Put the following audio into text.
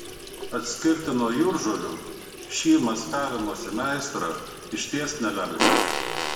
atskirti nuo jūržolių šį maskavimosi meistrą išties nelengva